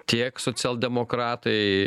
tiek socialdemokratai